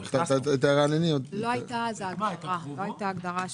לא הייתה אז הגדרה.